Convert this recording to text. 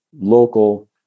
local